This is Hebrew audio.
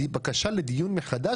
בקשה לדיון מחדש,